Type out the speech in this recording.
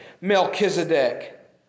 Melchizedek